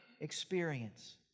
experience